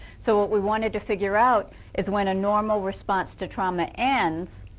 so what we wanted to figure out is when a normal response to trauma ends,